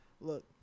look